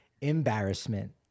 embarrassment